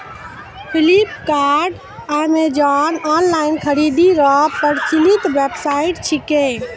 Flipkart Amazon online खरीदारी रो प्रचलित वेबसाइट छिकै